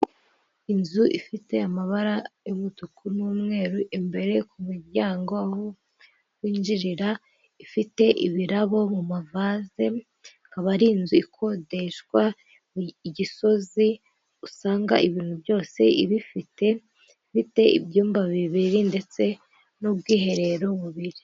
Inzu ifite amabara y'umutuku n'umweru imbere ku muryango aho winjirira ifite ibirabo mu mavaze aba ari inzu ikodeshwa mu gisozi usanga ibintu byose ibifite bi te ibyumba bibiri ndetse n'ubwiherero bubiri.